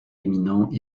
éminents